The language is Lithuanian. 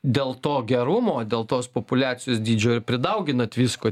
dėl to gerumo dėl tos populiacijos dydžio ir pridauginat visko